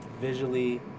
visually